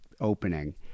opening